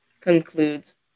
concludes